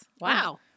Wow